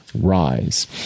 Rise